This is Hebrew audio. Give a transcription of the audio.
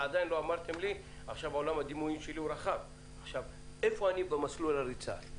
עדיין לא אמרתם לי עולם הדימויים שלי רחב איפה אני במסלול הריצה?